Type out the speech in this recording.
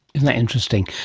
isn't that interesting.